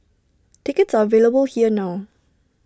tickets are available here now